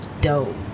dope